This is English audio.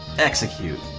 execute